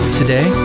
today